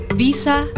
visa